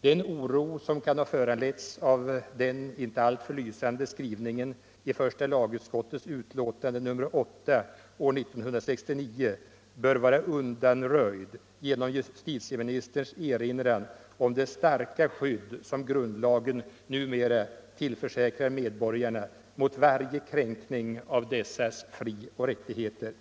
Den oro som kan ha föranletts av den inte alltför lysande skrivningen i första lagutskottets utlåtande nr 8 år 1969 bör vara undanröjd genom justitieministerns erinran om det starka skydd som grundlagen numera tillförsäkrar medborgarna mot varje kränkning av dessas frioch rättigheter.